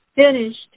finished